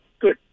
Good